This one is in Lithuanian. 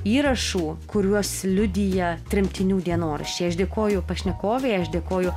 įrašų kuriuos liudija tremtinių dienoraščiai aš dėkoju pašnekovei aš dėkoju